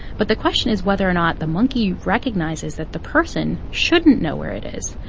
but the question is whether or not the monkey recognizes that the person shouldn't know where it is,